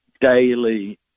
daily